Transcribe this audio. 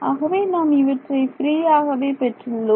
ஆகவே நாம் இவற்றை ஃப்ரீயாகவே பெற்றுள்ளோம்